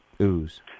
ooze